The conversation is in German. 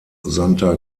santa